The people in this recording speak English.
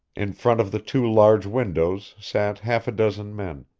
in front of the two large windows sat half a dozen men,